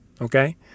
okay